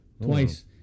twice